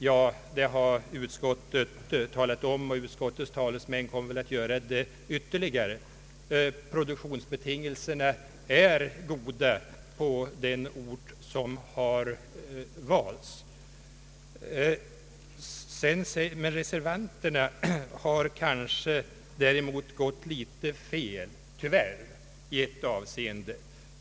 Ja, det har utskottet talat om, och utskottets talesmän kommer väl att göra det ytterligare: Produktionsbetingelserna är goda på den ort som har valts. Reservanterna däremot har kanske gått litet fel, tyvärr, i ett avseende.